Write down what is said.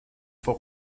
vor